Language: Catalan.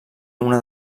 una